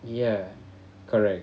ya correct